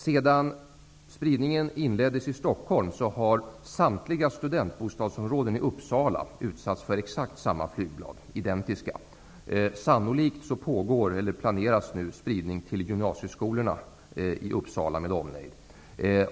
Sedan spridningen av flygblad inleddes i Stockholm har samtliga studentbostadsområden i Uppsala utsatts för identiska flygblad. Sannolikt planeras nu eller pågår spridning till gymnasieskolorna i Uppsala med omnejd.